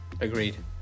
Agreed